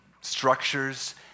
structures